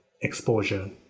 exposure